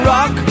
Rock